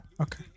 Okay